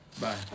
Bye